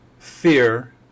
fear